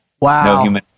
Wow